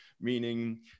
meaning